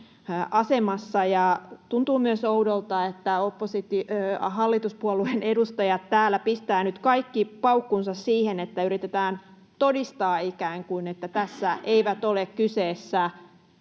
Tuntuu myös oudolta, että hallituspuolueiden edustajat täällä pistävät nyt kaikki paukkunsa siihen, että yritetään todistaa, että ikään kuin tässä eivät olisi kyseessä